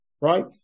Right